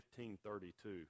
15.32